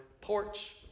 porch